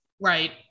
Right